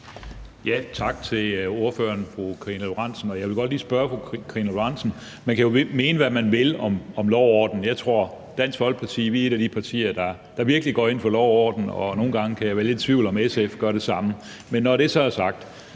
Karina Lorentzen Dehnhardt om noget. Man kan jo mene, hvad man vil om lov og orden. Jeg tror, at Dansk Folkeparti er et af de partier, der virkelig går ind for lov og orden, og nogle gange kan jeg være lidt i tvivl om, om SF gør det samme.